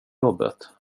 jobbet